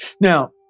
Now